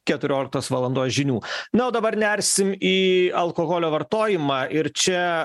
keturioliktos valandos žinių na o dabar nersim į alkoholio vartojimą ir čia